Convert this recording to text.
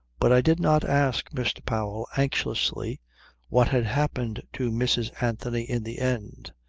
but i did not ask mr. powell anxiously what had happened to mrs. anthony in the end.